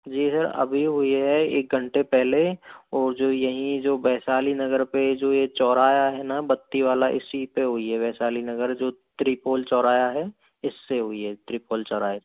जी sir अभी हुई है एक घंटे पहले और जो यहीं जो वैशाली नगर पे जो ये चौराहा है ना बत्तीवाला इसी पे हुई है वैशाली नगर जो त्रिपोल चौराहा है इससे हुई है त्रिपोल चौराहे से